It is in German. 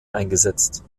eingesetzt